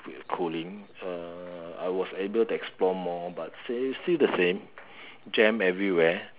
cooling uh I was able to explore but same still the same jam everywhere